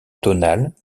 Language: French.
tonale